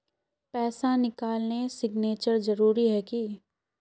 पैसा निकालने सिग्नेचर जरुरी है की?